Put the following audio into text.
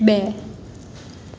બે